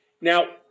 Now